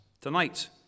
tonight